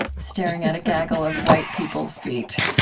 staring at a gaggle of white people's feet.